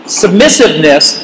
submissiveness